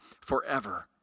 forever